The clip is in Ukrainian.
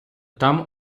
там